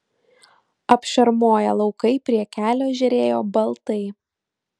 apšarmoję laukai prie kelio žėrėjo baltai